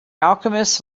alchemist